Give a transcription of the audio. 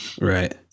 Right